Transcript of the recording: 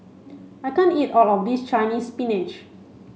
I can't eat all of this Chinese spinach